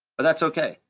but that's okay.